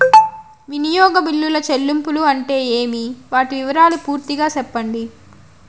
వినియోగ బిల్లుల చెల్లింపులు అంటే ఏమి? వాటి వివరాలు పూర్తిగా సెప్పండి?